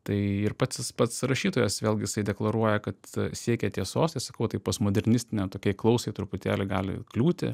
tai ir pats jis pats rašytojas vėl jisai deklaruoja kad siekia tiesos tai sakau va tai postmodernistinei tokiai klausai truputėlį gali kliūti